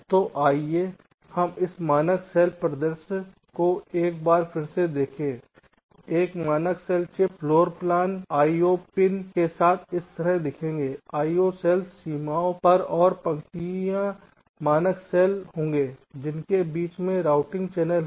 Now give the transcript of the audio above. तो आइए हम इस मानक सेल परिदृश्य को एक बार फिर से देखें एक मानक cell chip floorplan IO pin के साथ इस तरह दिखेगा IO सेल्स सीमाओं पर और पंक्तियाँ मानक सेल होंगे जिनके बीच में रूटिंग चैनल हैं